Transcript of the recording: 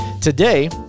Today